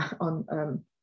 on